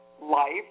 life